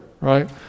right